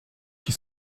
qui